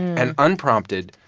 and unprompted,